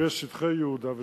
בשטחי יהודה ושומרון.